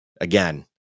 again